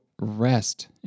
rest